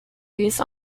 used